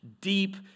deep